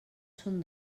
són